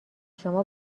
شما